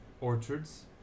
orchards